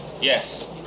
Yes